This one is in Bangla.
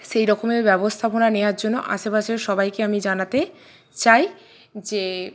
সেই রকমের ব্যবস্থাপনা নেওয়ার জন্য আশেপাশের সবাইকে আমি জানাতে চাই যে